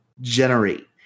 generate